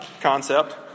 concept